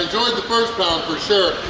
enjoyed the first pound for sure.